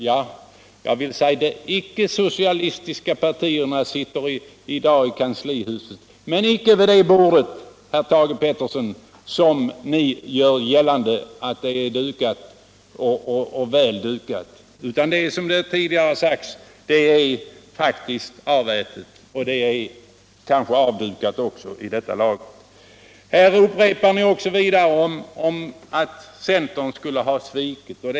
Jag vill säga: De icke socialistiska partierna sitter i dag i kanslihuset men icke vid det bord. herr Thage Peterson, som ni gör gällande är dukat och väl dukat. Som tidigare sagts. är det faktiskt avätet och kanske också avdukat vid detta laget. Här upprepas återigen utt centern skulle ha svikit sin lmu.